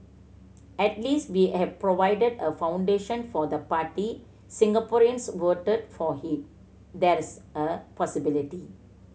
at least we have provided a foundation for the party Singaporeans voted for he there's a possibility